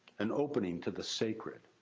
an opening to the sacred.